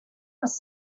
was